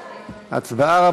הצבעה.